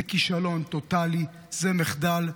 זה כישלון טוטאלי, זה מחדל.